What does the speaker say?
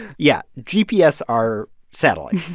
yeah. gps are satellites,